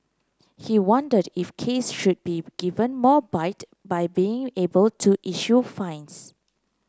he wondered if case should be given more bite by being able to issue fines